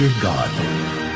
God